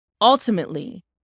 ultimately